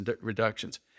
reductions